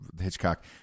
Hitchcock